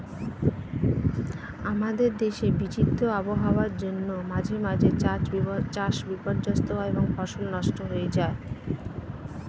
আমাদের দেশে বিচিত্র আবহাওয়ার জন্য মাঝে মাঝে চাষ বিপর্যস্ত হয় এবং ফসল নষ্ট হয়ে যায়